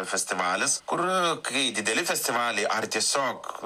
festivalis kur kai dideli festivaliai ar tiesiog